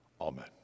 Amen